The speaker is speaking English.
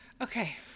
Okay